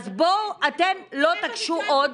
אז בואו אתם לא תקשו עוד.